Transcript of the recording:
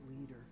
leader